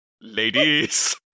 ladies